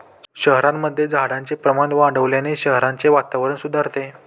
शहरांमध्ये झाडांचे प्रमाण वाढवल्याने शहराचे वातावरण सुधारते